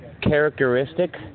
characteristic